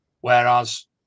whereas